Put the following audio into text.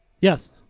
Yes